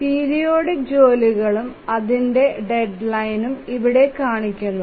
periodic ജോലികളും അതിന്ടെ ഡെഡ്ലൈനും ഇവിടെ കാണിക്കുന്നു